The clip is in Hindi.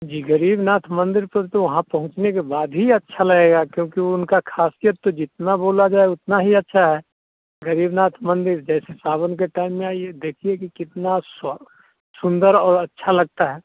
जी ग़रीबनाथ मंदिर पर तो वहाँ पहुँचने के बाद ही अच्छा लगेगा क्योंकि उनका ख़ासियत तो जितना बोला जाए उतना ही अच्छा है ग़रीबनाथ मंदिर जैसे सावन के टाइम में आइए देखिए कि कितना स्व सुंदर और अच्छा लगता है